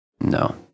No